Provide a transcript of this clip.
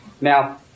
Now